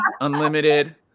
unlimited